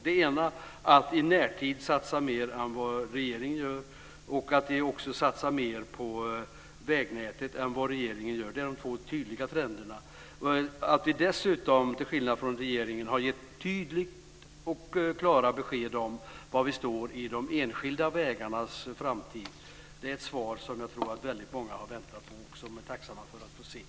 Den ena är att i närtid satsa mer än vad regeringen gör. Man vill också satsa mer på vägnätet än vad regeringen gör. Det är de två tydliga trenderna. Att vi dessutom, till skillnad från regeringen, har gett tydliga och klara besked om var vi står när det gäller de enskilda vägarnas framtid är ett svar som jag tror att väldigt många har väntat på. De är tacksamma för att få veta detta.